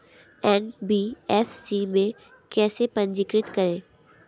NBFC में कैसे पंजीकृत करें?